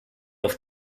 auf